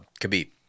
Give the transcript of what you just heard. Khabib